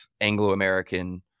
Anglo-American